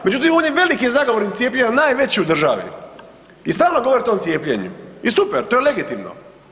Međutim, on je veliki zagovornik cijepljenja, najveći u državi i stalno govori o tom cijepljenju i super, to je legitimno.